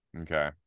Okay